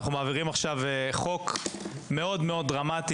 שאנחנו מעבירים עכשיו חוק מאוד מאוד דרמטי